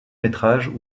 métrages